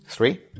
Three